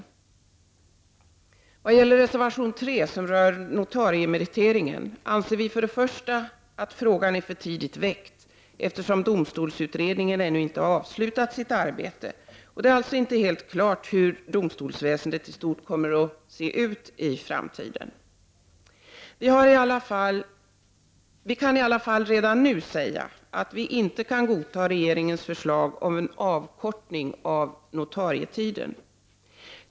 Såvitt gäller reservation 3, som rör notariemeriteringen, anser vi att frågan är för tidigt väckt, eftersom domstolsutredningen ännu inte har avslutat sitt arbete och det alltså inte är helt klart hur domstolsväsendet i stort kommer att gestalta sig i framtiden. Vi kan i alla fall redan nu säga att vi inte kan godta regeringens förslag om en avkortning av notarietiden.